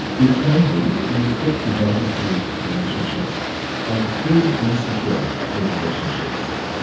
they can be very quick to jump into relationships and feel insecure in relationships.